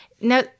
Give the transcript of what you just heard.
now